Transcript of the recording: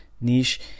niche